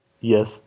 Yes